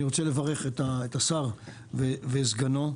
אני רוצה לברך את השר ואת סגנו,